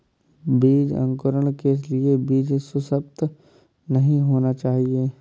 बीज अंकुरण के लिए बीज सुसप्त नहीं होना चाहिए